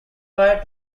fired